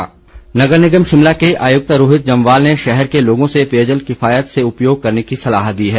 निगम नगर निगम शिमला के आयुक्त रोहित जमवाल ने शहर के लोगों से पेयजल किफायत से उपयोग करने की सलाह दी है